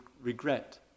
regret